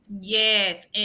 Yes